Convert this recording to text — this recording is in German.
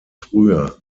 früher